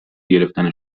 گرفتن